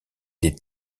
des